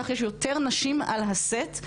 ככה יש יותר נשים על הסט.